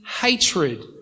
hatred